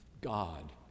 God